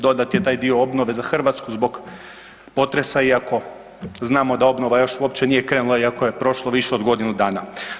Dodat je taj dio obnove za Hrvatsku zbog potresa, iako znamo da obnova još uopće nije krenula iako je prošlo više od godinu dana.